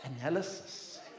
analysis